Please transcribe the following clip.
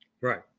Right